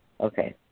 Okay